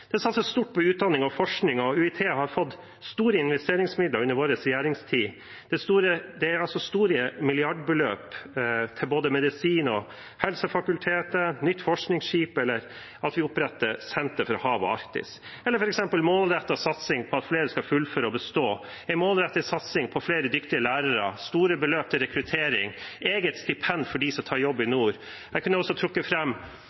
Det satses på utdanning og forskning, og UiT har fått store investeringsmidler under vår regjeringstid. Det er store milliardbeløp til det helsevitenskapelige fakultetet, vi får et nytt forskningsskip, og vi har opprettet Senter for hav og Arktis. Vi har en målrettet satsing på at flere skal fullføre og bestå, en målrettet satsing på flere dyktige lærere, store beløp til rekruttering, et eget stipend for dem som tar jobb i